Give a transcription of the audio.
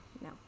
No